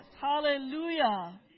Hallelujah